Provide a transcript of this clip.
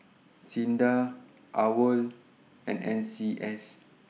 SINDA AWOL and N C S